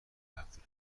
هفته